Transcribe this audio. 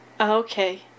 Okay